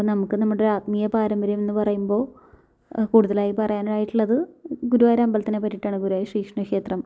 അപ്പോൾ നമുക്ക് നമ്മുടെ ഒരു ആത്മീയ പാരമ്പര്യം എന്ന് പറയുമ്പോൾ കൂടുതലായി പറയാനായിട്ടുള്ളത് ഗുരുവായൂർ അമ്പലത്തിനെ പറ്റിയിട്ടാണ് ഗിരുവായൂർ ശ്രീകൃഷ്ണ ക്ഷേത്രം